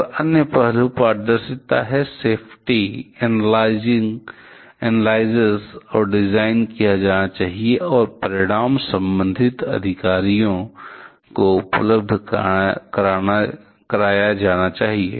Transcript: और अन्य पहलू पारदर्शिता है सेफ्टी एनालिसिस और डिजाइन किया जाना चाहिए और परिणाम संबंधित अधिकारियों को उपलब्ध कराया जाना चाहिए